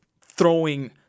throwing